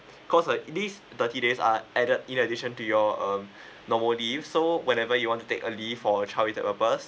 cause like this thirty days are added in addition to your um normal leave so whenever you want to take a leave for a child with or birth